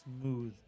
smooth